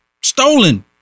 stolen